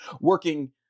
working